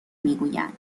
میگویند